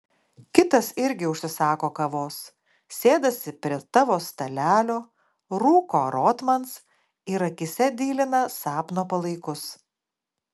kitas irgi užsisako kavos sėdasi prie tavo stalelio rūko rotmans ir akyse dilina sapno palaikus